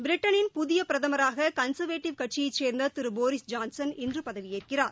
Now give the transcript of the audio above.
பிரிட்டனின் புதியபிரதமராககன்சர்வேடிவ் கட்சியைச் சேர்ந்ததிருபோரிஸ் ஜான்சன் இன்றுபதவியேற்கிறார்